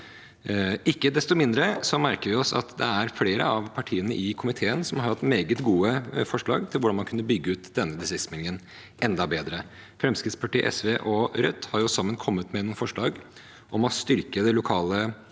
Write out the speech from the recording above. Ikke desto mindre merker vi oss at det er flere av partiene i komiteen som har hatt meget gode forslag til hvordan man kunne bygge ut denne distriktsmeldingen enda bedre. Fremskrittspartiet, SV og Rødt har sammen kommet med forslag om å styrke det lokale